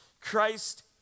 Christ